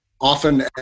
often